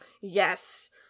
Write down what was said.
yes